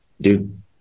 Dude